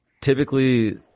typically